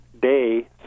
day